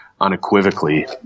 unequivocally